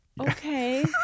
Okay